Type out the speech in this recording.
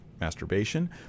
masturbation